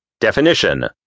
Definition